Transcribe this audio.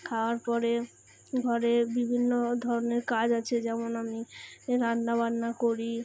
খাওয়ার পরে ঘরে বিভিন্ন ধরনের কাজ আছে যেমন আমি রান্না বান্না করি